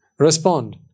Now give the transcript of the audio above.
respond